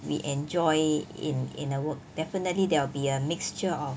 we enjoy in in a work definitely there will be a mixture of